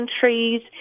countries